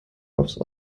offs